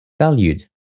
valued